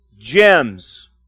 Gems